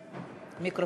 (קורא